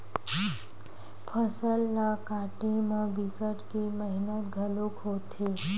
फसल ल काटे म बिकट के मेहनत घलोक होथे